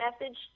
message